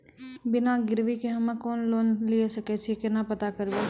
बिना गिरवी के हम्मय लोन लिये सके छियै केना पता करबै?